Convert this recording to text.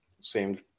seemed